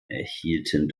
erhielten